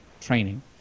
training